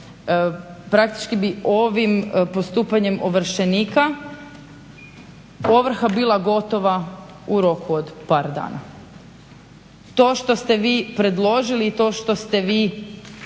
praktički bi ovim postupanjem ovršenika ovrha bila gotova u roku od par dana. To što ste vi predložili i to što ste vi